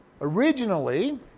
originally